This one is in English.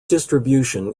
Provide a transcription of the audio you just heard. distribution